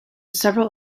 several